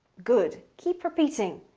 good. keep repeating.